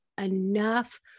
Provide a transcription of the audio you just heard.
enough